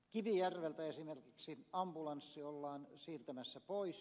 kivijärveltä esimerkiksi ambulanssi ollaan siirtämässä pois